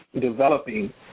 developing